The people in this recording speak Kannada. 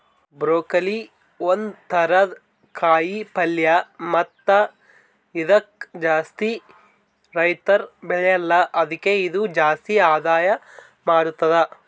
ಬ್ರೋಕೊಲಿ ಒಂದ್ ಥರದ ಕಾಯಿ ಪಲ್ಯ ಮತ್ತ ಇದುಕ್ ಜಾಸ್ತಿ ರೈತುರ್ ಬೆಳೆಲ್ಲಾ ಆದುಕೆ ಇದು ಜಾಸ್ತಿ ಆದಾಯ ಮಾಡತ್ತುದ